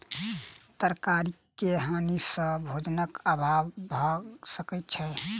तरकारी के हानि सॅ भोजनक अभाव भअ सकै छै